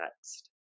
next